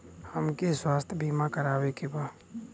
हमके स्वास्थ्य बीमा करावे के बा?